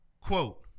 Quote